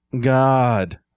god